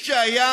איש שהיה